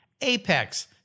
Apex